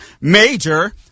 major